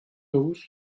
noz